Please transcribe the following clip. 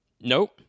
Nope